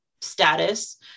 status